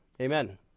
amen